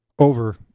Over